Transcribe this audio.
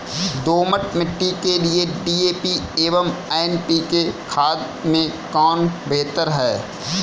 दोमट मिट्टी के लिए डी.ए.पी एवं एन.पी.के खाद में कौन बेहतर है?